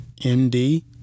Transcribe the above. MD